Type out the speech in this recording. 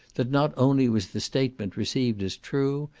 that not only was the statement received as true,